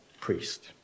priest